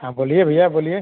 हाँ बोलिए भइया बोलिए